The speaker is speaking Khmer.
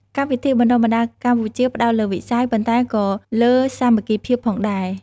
កម្មវិធីបណ្តុះបណ្តាកម្ពុជាផ្តោតលើវិន័យ ប៉ុន្តែក៏លើសាមគ្គីភាពផងដែរ។